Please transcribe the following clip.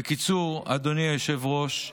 בקיצור, אדוני היושב-ראש,